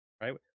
right